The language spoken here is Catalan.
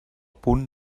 punt